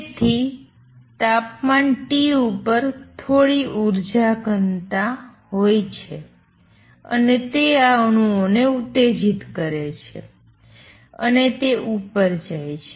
તેથી તાપમાન T ઉપર થોડી ઉર્જા ઘનતા હોય છે અને તે આ અણુઓને ઉત્તેજિત કરે છે અને તે ઉપર જાય છે